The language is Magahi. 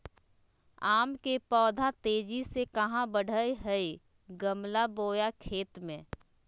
आम के पौधा तेजी से कहा बढ़य हैय गमला बोया खेत मे?